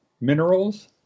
minerals